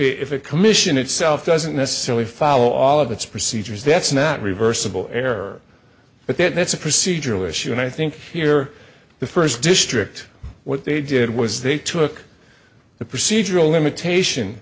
a commission itself doesn't necessarily follow all of its procedures that's not reversible error but then that's a procedural issue and i think here the first district what they did was they took the procedural limitation